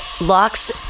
locks